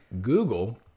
Google